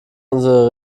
unsere